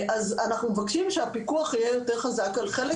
אז אנחנו מבקשים שהפיקוח יהיה יותר חזק על חלק